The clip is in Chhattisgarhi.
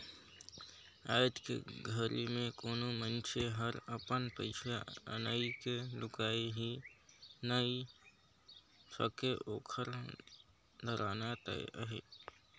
आयज के घरी मे कोनो मइनसे हर अपन पइसा अनई के लुकाय ही नइ सके ओखर धराना तय अहे